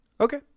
Okay